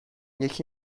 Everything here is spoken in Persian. یکی